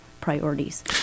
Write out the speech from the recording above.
priorities